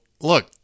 Look